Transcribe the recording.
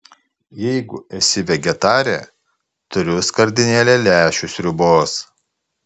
jeigu esi vegetarė turiu skardinėlę lęšių sriubos